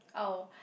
oh